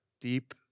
deep